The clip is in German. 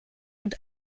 und